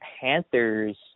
Panthers